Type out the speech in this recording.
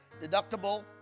deductible